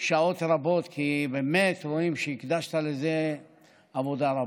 שעות רבות, כי באמת רואים שהקדשת לזה עבודה רבה,